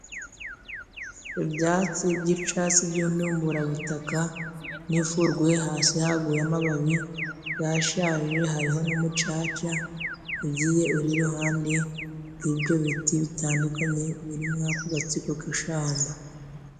Ibyatsi by'icatsi by'indumburabutaka n'ifurwe hasi haguye amababi gashaje hariho n'umucaca ugiye uri iruhande rw'ibyo biti bitandukanye biri muri ako gatsiko k'ishamba.